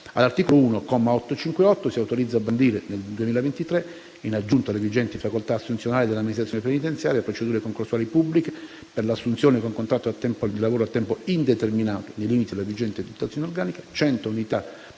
All'articolo 1, comma 858 si autorizza a bandire, nell'anno 2023, ed in aggiunta alle vigenti facoltà assunzionali dell'amministrazione penitenziaria, procedure concorsuali pubbliche per l'assunzione, con contratto di lavoro a tempo indeterminato e nei limiti della vigente dotazione organica, di 100 unità